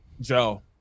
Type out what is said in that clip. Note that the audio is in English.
Joe